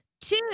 Two